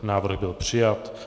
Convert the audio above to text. Návrh byl přijat.